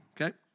okay